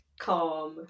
calm